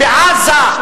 בעזה,